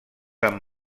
amb